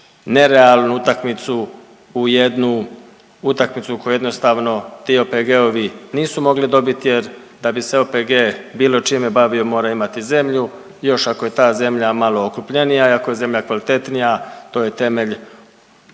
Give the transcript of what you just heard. nerealnu utakmicu, u jednu utakmicu u kojoj jednostavno ti OPG-ovi nisu mogli dobit jer da bi se OPG bilo čime bavio mora imati zemlju još ako je ta zemlja malo okrupnjenija i ako je zemlja kvalitetnija to je temelj